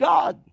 God